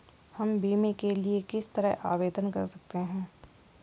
हम बीमे के लिए किस तरह आवेदन कर सकते हैं?